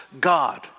God